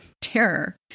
terror